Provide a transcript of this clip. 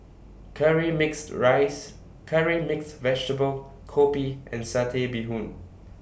Curry Mixed Rice Curry Mixed Vegetable Kopi and Satay Bee Hoon